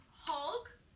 Hulk